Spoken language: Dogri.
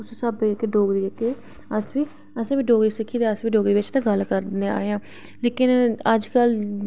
ते उस्सै स्हाबै दे अस बी जेह्के ते असें बी डोगरी सिक्खी ते अस बी डोगरी च गल्ल करदे आए आं लेकिन अजकल